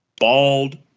Bald